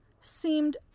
seemed